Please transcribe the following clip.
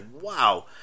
wow